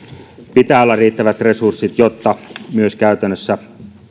pitää olla riittävät resurssit jotta myös käytännössä